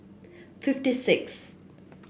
fifty six